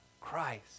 Christ